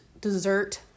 dessert